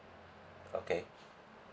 okay